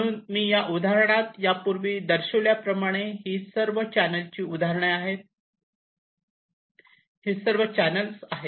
म्हणून मी या उदाहरणात यापूर्वी दर्शविल्याप्रमाणे ही सर्व चॅनेलची उदाहरणे आहेत ही सर्व चॅनेल आहेत